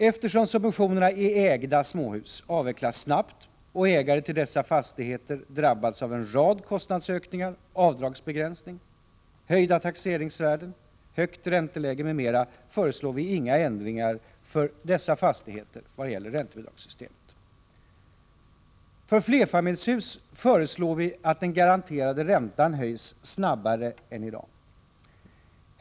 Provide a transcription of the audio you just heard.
Eftersom subventionerna i ägda småhus avvecklas snabbt och ägare till dessa fastigheter drabbats av en rad kostnadsökningar genom avdragsbegränsning, höjda taxeringsvärden, högt ränteläge m.m., föreslår vi inga förändringar för dessa fastigheter vad gäller räntebidragssystemet. I fråga om flerfamiljshus föreslår vi att den garanterade räntan höjs snabbare än i dag.